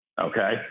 okay